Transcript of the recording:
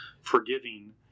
forgiving